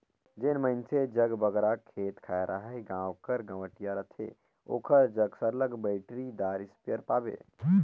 जेन मइनसे जग बगरा खेत खाएर अहे गाँव कर गंवटिया रहथे ओकर जग सरलग बइटरीदार इस्पेयर पाबे